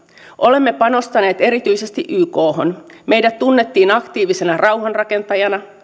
olemme panostaneet erityisesti ykhon meidät tunnettiin aktiivisena rauhanrakentajana ja